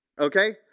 Okay